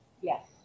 Yes